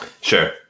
Sure